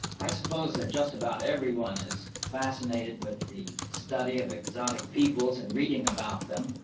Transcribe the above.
i suppose that just about everyone is fascinated with the study of exotic peoples and reading about them,